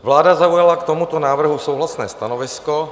Vláda zaujala k tomuto návrhu souhlasné stanovisko.